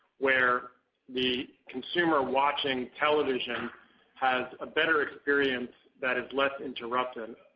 where the consumer watching television has a better experience that is less interruptive.